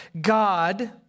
God